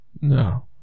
no